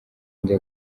njya